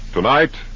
Tonight